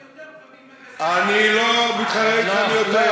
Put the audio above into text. יותר פעמים, אני לא מתחרה אתך מי יותר.